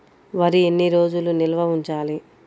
వరి ఎన్ని రోజులు నిల్వ ఉంచాలి?